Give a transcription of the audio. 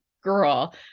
girl